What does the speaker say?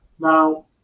Now